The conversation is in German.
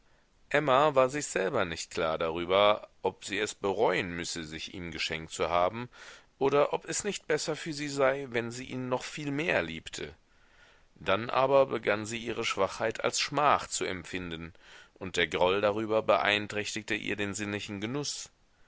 emma war sich selber nicht klar darüber ob sie es bereuen müsse sich ihm geschenkt zu haben oder ob es nicht besser für sie sei wenn sie ihn noch viel mehr liebte dann aber begann sie ihre schwachheit als schmach zu empfinden und der groll darüber beeinträchtigte ihr den sinnlichen genuß